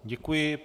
Děkuji.